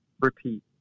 repeat